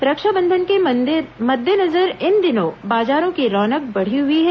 रक्षाबंधन के मद्देनजर इन दिनों बाजारों की रौनक बढ़ी हुई है